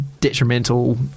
detrimental